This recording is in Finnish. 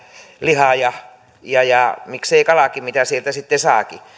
lihaa ja ja miksei kalaakin mitä sieltä sitten saakin